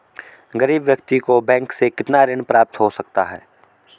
गरीब व्यक्ति को बैंक से कितना ऋण प्राप्त हो सकता है?